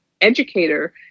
educator